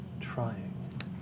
trying